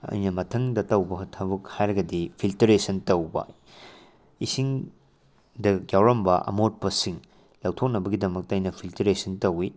ꯑꯩꯅ ꯃꯊꯪꯗ ꯇꯧꯕ ꯊꯕꯛ ꯍꯥꯏꯔꯒꯗꯤ ꯐꯤꯜꯇꯔꯦꯁꯟ ꯇꯧꯕ ꯏꯁꯤꯡꯗ ꯌꯥꯎꯔꯝꯕ ꯑꯃꯣꯠꯄꯁꯤꯡ ꯂꯧꯊꯣꯛꯅꯕꯒꯤꯗꯃꯛꯇ ꯑꯩꯅ ꯐꯤꯜꯇꯔꯦꯁꯟ ꯇꯧꯏ